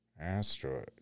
asteroid